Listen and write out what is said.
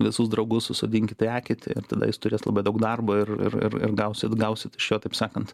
visus draugus susodinkit į eketę ir tada jis turės labai daug darbo ir ir ir gausit gausit šio taip sakant